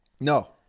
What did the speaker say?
No